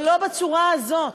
אבל לא בצורה הזאת?